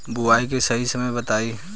बुआई के सही समय बताई?